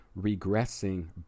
regressing